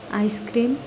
ice cream